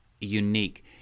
unique